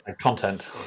content